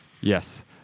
yes